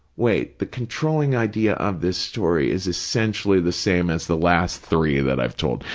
wait, the controlling idea of this story is essentially the same as the last three that i've told.